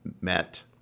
met